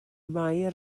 mair